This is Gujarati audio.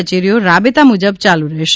કચેરીઓ રાબેતા મુજબ યાલુ રહેશે